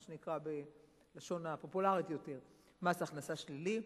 מה שנקרא בלשון הפופולרית יותר מס הכנסה שלילי,